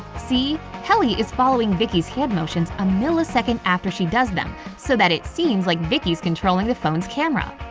see, helly is following vicky's hand motions a millisecond after she does them so that it seems like vicky's controlling the phone's camera.